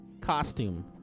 costume